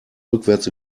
rückwärts